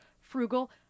frugal